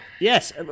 Yes